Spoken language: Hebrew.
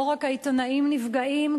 לא רק העיתונאים נפגעים,